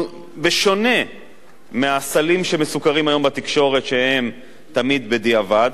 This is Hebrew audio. בשונה מהסלים שמסוקרים היום בתקשורת שהם תמיד בדיעבד,